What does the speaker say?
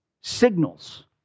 signals